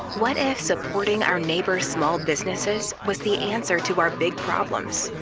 what if supporting our neighbors' small businesses was the answer to our big problems?